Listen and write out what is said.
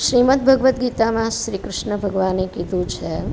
શ્રીમદ ભગવદ્ ગીતામાં શ્રીક્રિષ્ન ભગવાને કીધું છે